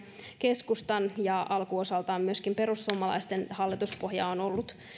keskustan ja alkuosaltaan myöskin perussuomalaisten hallituspohja on ollut